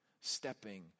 stepping